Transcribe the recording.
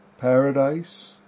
paradise